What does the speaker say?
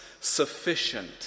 sufficient